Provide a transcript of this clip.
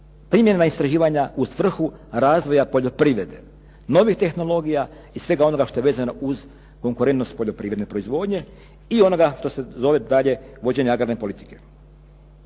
primjena istraživanja u svrhu razvoja poljoprivrede, novih tehnologija i svega onoga što je vezano uz konkurentnost poljoprivredne proizvodnje i onoga što se zove dalje vođenje agrarne politike.